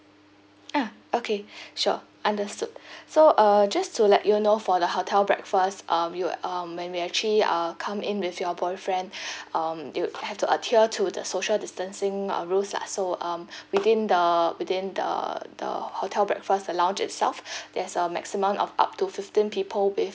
ah okay sure understood so uh just to let you know for the hotel breakfast uh you will um when you actually uh come in with your boyfriend um you would have to adhere to the social distancing uh rules lah so um within the within the the hotel breakfast and lounge itself there's a maximum of up to fifteen people with